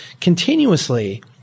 continuously